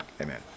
Amen